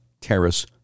Terrace